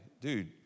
dude